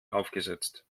aufgesetzt